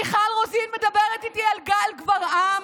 מיכל רוזין מדברת איתי על גל גברעם,